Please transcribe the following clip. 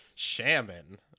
shaman